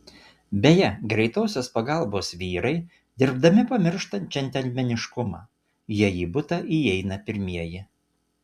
beje greitosios pagalbos vyrai dirbdami pamiršta džentelmeniškumą jie į butą įeina pirmieji